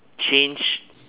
change